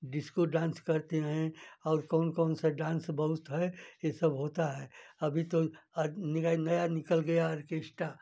disco dance करते हैं और कौन कौनसा डांस बहुत है ये सब होता है अभी तो नया निकल गया आर्केस्टा